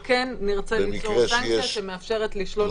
כן נרצה ליצור סנקציה שמאפשרת לשלול